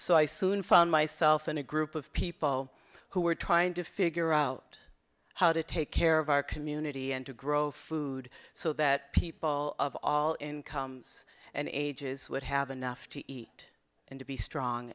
so i soon found myself in a group of people who were trying to figure out how to take care of our community and to grow food so that people of all incomes and ages would have enough to eat and to be strong